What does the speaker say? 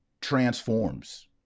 transforms